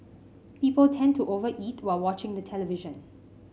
people tend to over eat while watching the television